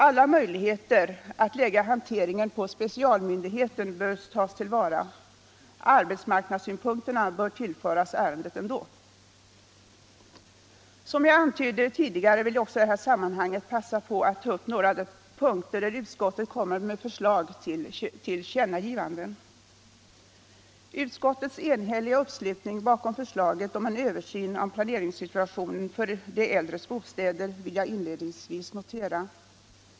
Alla möjligheter att lägga hanteringen på specialmyndigheten bör tas till vara. Arbetsmarknadssynpunkterna kan tillföras ärendet ändå. Som jag antydde tidigare vill jag i det här sammanhanget passa på att ta upp några av de punkter där utskottet kommer med förslag till tillkännagivanden. Utskottets enhälliga uppslutning bakom förslaget om en översyn av planeringssituationen för de äldres bostäder vill jag inledningsvis notera.